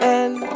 end